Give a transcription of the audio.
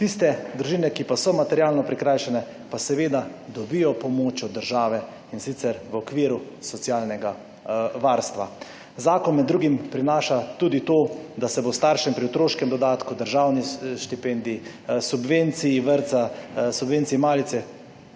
Tiste družine, ki pa so materialno prikrajšane, pa seveda dobijo pomoč od države, in sicer v okviru socialnega varstva. Zakon med drugim prinaša tudi to, da se bo staršem pri otroškem dodatku, državni štipendiji, subvenciji vrtca, subvenciji malice,